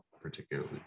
particularly